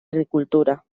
agricultura